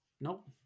Nope